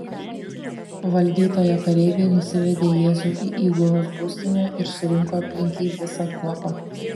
valdytojo kareiviai nusivedė jėzų į įgulos būstinę ir surinko aplink jį visą kuopą